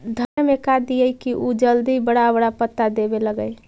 धनिया में का दियै कि उ जल्दी बड़ा बड़ा पता देवे लगै?